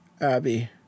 Abby